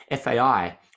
FAI